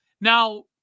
Now